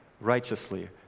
righteously